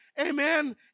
amen